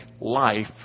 life